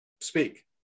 speak